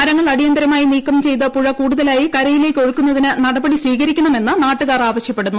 മരങ്ങൾ അടിയന്തിരമായി നീക്കം ചെയ്ത് പുഴ കൂടുതലായി കരയിലേക്കൊഴുകുന്നതിന് നടപടി സ്വീകരിക്കണമെന്ന് നാട്ടുകാർ ആവശ്യപ്പെടുന്നു